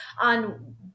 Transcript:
on